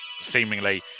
seemingly